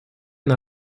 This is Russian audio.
она